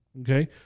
okay